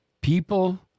People